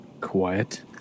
quiet